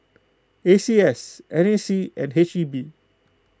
A C S N A C and H E B